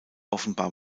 offenbar